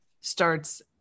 starts